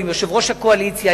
עם יושב-ראש הקואליציה,